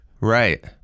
Right